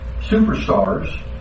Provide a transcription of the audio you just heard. superstars